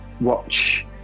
watch